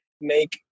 make